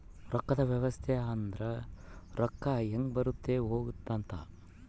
ರೊಕ್ಕದ್ ವ್ಯವಸ್ತೆ ಅಂದ್ರ ರೊಕ್ಕ ಹೆಂಗ ಬರುತ್ತ ಹೋಗುತ್ತ ಅಂತ